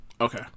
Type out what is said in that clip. Okay